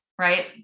right